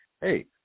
hey